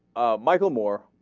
michael moore